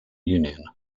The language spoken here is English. union